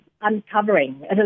uncovering